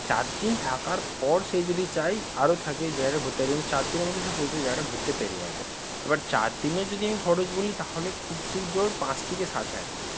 চার দিন থাকার পর সে যদি চায় আরও থাকে জায়গাটা ঘুরতে পারবে কিন্তু চার দিনের মধ্যে সে পুরোপুরি জায়গাটা ঘুরতে পেরে যাবে এবার চার দিনের যদি আমি খরচ বলি তাহলে খুব ঠিক জোর পাঁচ থেকে সাত হাজার টাকা